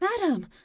madam